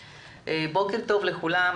בוקר טוב לכולם.